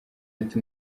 ati